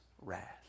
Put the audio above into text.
wrath